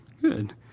Good